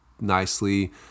nicely